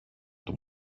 του